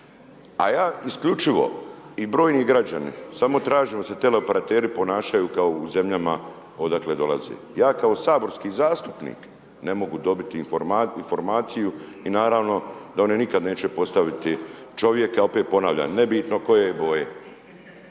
a ja isključivo i brojni građani, samo tražimo da se teleoperateri ponašaju kao u zemljama odakle dolaze. Ja kao saborski zastupnik ne mogu dobiti informaciju i naravno da one nikad neće postaviti čovjeka, opet ponavlja, nebitno koje je boje.